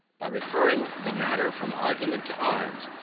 by referring the matter from argument to arms,